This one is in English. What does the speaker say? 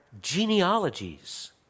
genealogies